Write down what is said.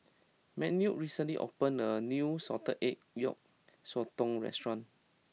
Manuel recently opened a new Salted Egg Yolk Sotong restaurant